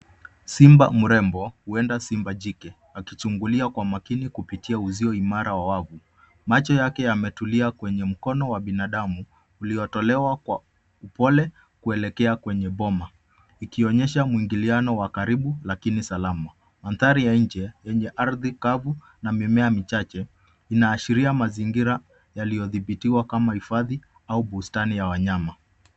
Simba mrembo, huenda simba jike, akichungulia kwa makini kupitia uzio imara wa wavu. Macho yake yametulia kwenye mkono wa binadamu uliotolewa kwa upole kuelekea kwenye boma, ikionyesha mwingiliano wa karibu lakini salama. Mandhari ya nje yenye ardhi kavu na mimea michache inaashiria mazingira yaliyodhibitiwa kama hifadhi au bustani ya wanyama.